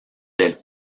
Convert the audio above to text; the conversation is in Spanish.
del